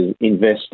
invest